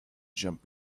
jump